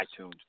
iTunes